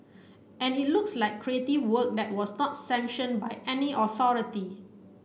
and it looks like creative work that was not sanction by any authority